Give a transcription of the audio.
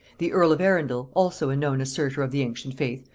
the earl of arundel, also a known assertor of the ancient faith,